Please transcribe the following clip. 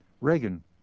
Reagan